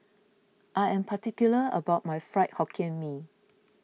I am particular about my Fried Hokkien Mee